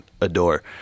adore